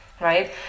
right